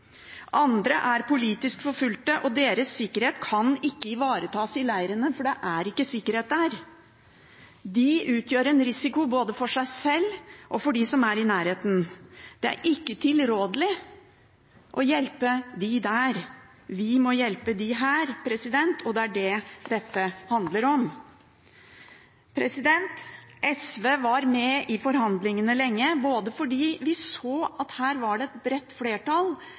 Andre er politisk forfulgt, og deres sikkerhet kan ikke ivaretas i leirene, for det er ikke sikkerhet der. De utgjør en risiko både for seg sjøl og for dem som er i nærheten. Det er ikke tilrådelig å hjelpe dem der. Vi må hjelpe dem her, og det er det dette handler om. SV var med i forhandlingene lenge, fordi vi så at her var det et bredt flertall